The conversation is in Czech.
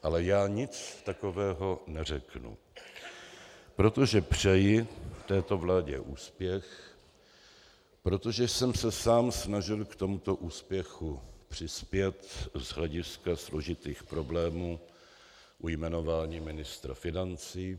Ale já nic takového neřeknu, protože přeji této vládě úspěch, protože jsem se sám snažil k tomuto úspěchu přispět z hlediska složitých problémů u jmenování ministra financí.